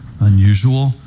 unusual